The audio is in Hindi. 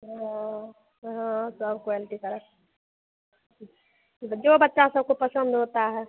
हाँ हाँ सब क्वेलटी का रख जो बच्चा सबको पसंद होता है